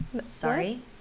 Sorry